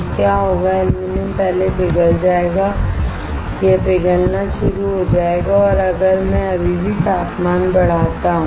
क्या होगा एल्यूमीनियम पहले पिघल जाएगा यह पिघलना शुरू हो जाएगा और अगर मैं अभी भी तापमान बढ़ाता हूं